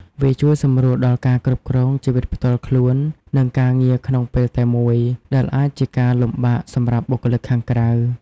វាជួយសម្រួលដល់ការគ្រប់គ្រងជីវិតផ្ទាល់ខ្លួន និងការងារក្នុងពេលតែមួយ ដែលអាចជាការលំបាកសម្រាប់បុគ្គលិកខាងក្រៅ។